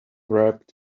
wrapped